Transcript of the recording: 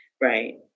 Right